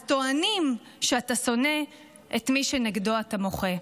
אז טוענים שאתה שונא את מי שכנגדו אתה מוחה.